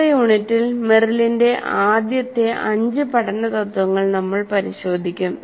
അടുത്ത യൂണിറ്റിൽ മെറിലിന്റെ ആദ്യത്തെ അഞ്ച് പഠന തത്ത്വങ്ങൾ നമ്മൾ പരിശോധിക്കും